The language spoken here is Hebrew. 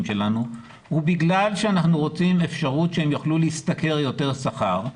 שלנו ובגלל שאנחנו רוצים אפשרות שהן יוכלו להשתכר יותר שכר,